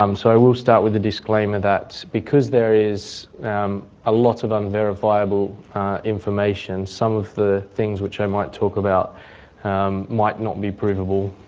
um so i will start with the disclaimer that because there is a lot of unverifiable information, some of the things which i might talk about um might not be provable,